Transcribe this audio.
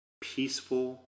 peaceful